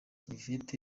yvette